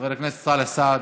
חבר הכנסת סאלח סעד,